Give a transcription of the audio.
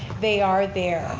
they are there.